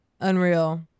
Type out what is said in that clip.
Unreal